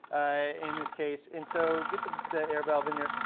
in this case. and so get the the air valve in there.